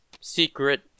secret